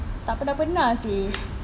tak pernah-pernah seh